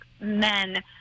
men